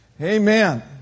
Amen